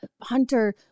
Hunter